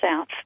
South